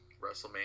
wrestlemania